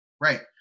Right